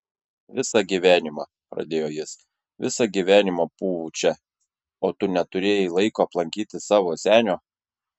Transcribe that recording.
visą gyvenimą pradėjo jis visą gyvenimą pūvu čia o tu neturėjai laiko aplankyti savo senio